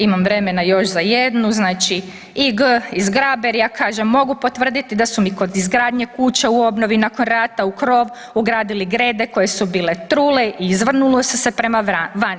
Imam vremena još za jednu, znači I.G. iz Graberja kaže mogu potvrditi da su mi kod izgradnje kuće u obnovi nakon rata u krov ugradili grede koje su bile trule i izvrnule su se prema van.